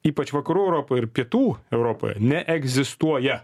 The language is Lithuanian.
ypač vakarų europoj ir pietų europoj neegzistuoja